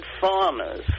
farmers